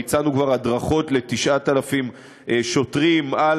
ביצענו כבר הדרכות ל-9,000 שוטרים על